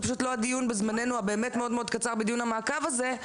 זה לא הדיון בזמננו המאוד קצר, בדיון המעקב הזה.